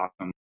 awesome